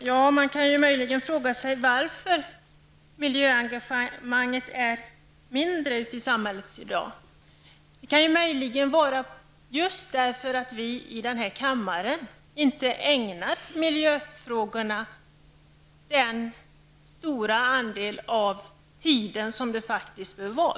Herr talman! Ja, man kan fråga sig varför miljöengagemanget är mindre ute i samhället i dag. Det kan ju möjligen vara just därför att vi i denna kammare inte ägnat miljöfrågorna den stora andel av tiden som de faktiskt bör ha.